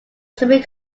swimming